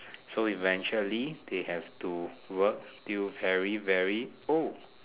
so eventually they have to work till very very old